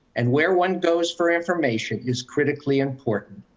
and where one goes for information is critically important.